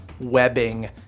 webbing